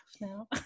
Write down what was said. now